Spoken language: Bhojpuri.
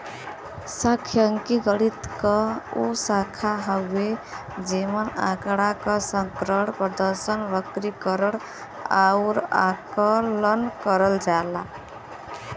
सांख्यिकी गणित क उ शाखा हउवे जेमन आँकड़ा क संग्रहण, प्रदर्शन, वर्गीकरण आउर आकलन करल जाला